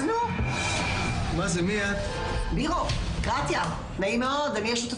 בחרנו חנות פלאפל, כי זה באמת עסק שהוא עד